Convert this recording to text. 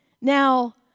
Now